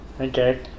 Okay